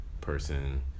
person